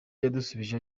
yadusubije